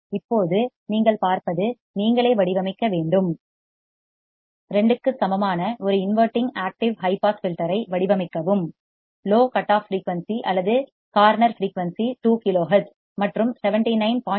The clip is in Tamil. இப்போது நீங்கள் பார்ப்பது நீங்களே வடிவமைக்க வேண்டும் 2 கிலோஹெர்ட்ஸ்க்கு சமமான ஒரு inverting active high pass filter ஐ வடிவமைக்கவும் லோ கட் ஆஃப் ஃபிரீயூன்சி அல்லது கார்னர் ஃபிரீயூன்சி 2 கிலோஹெர்ட்ஸ் மற்றும் 79